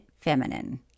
feminine